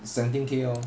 seventeen K lor